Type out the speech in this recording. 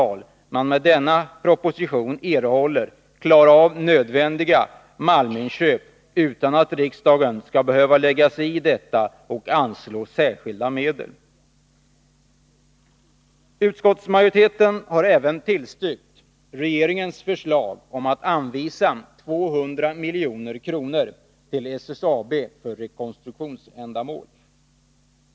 Nr 144 man med denna proposition erhåller klara av nödvändiga malminköp, utan att riksdagen skall behöva lägga sig i detta och anslå särskilda medel. Utskottsmajoriteten har även tillstyrkt regeringens förslag om att anvisa 200 milj.kr. till SSAB för rekonstruktionsändamål.